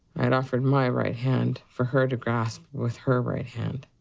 and offered my right hand, for her to grasp with her right hand.